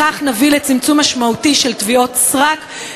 בכך נביא לצמצום משמעותי של תביעות סרק.